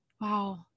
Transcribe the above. Wow